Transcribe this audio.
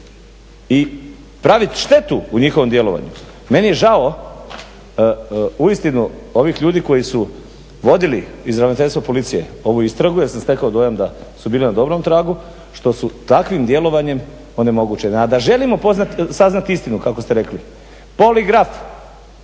i praviti štetu u njihovom djelokrugu. Meni je žao uistinu ovih ljudi koji su vodili iz ravnateljstva Policije ovu istragu jer sam stekao dojam da su bili na dobrom tragu što su takvim djelovanjem onemogućeni. A da želimo saznati istinu kako ste rekli poligraf